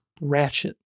Ratchet